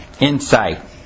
insight